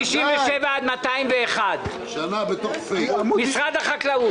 197 201. משרד החקלאות.